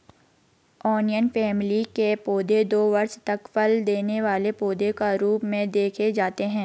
onion family के पौधे दो वर्ष तक फल देने वाले पौधे के रूप में देखे जाते हैं